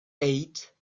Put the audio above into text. eight